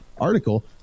article